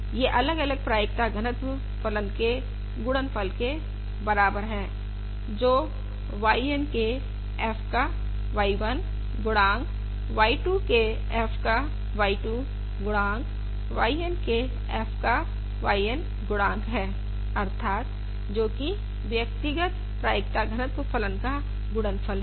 यह अलग अलग प्रायिकता घनत्व फलन के गुणनफल के बराबर है जो y1 के f का y 1 गुणांक y2 के f का y 2 गुणांक yn के f का y n गुणांक है अर्थात् जो कि पृथक पृथक प्रायिकता घनत्व फलन का गुणनफल है